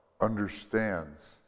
understands